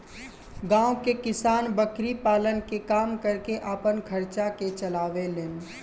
गांव के किसान बकरी पालन के काम करके आपन खर्चा के चलावे लेन